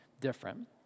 different